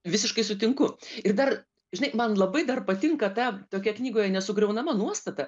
visiškai sutinku ir dar žinai man labai dar patinka ta tokia knygoje nesugriaunama nuostata